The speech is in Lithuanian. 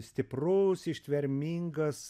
stiprus ištvermingas